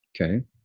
Okay